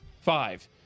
Five